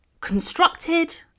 constructed